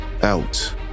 Out